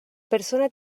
persona